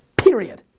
period.